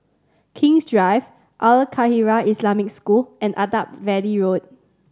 King's Drive Al Khairiah Islamic School and Attap Valley Road